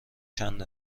چند